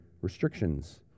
restrictions